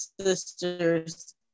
sisters